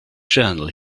journal